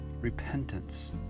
repentance